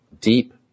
deep